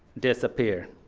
disappear.